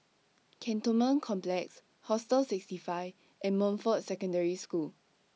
Cantonment Complex Hostel sixty five and Montfort Secondary School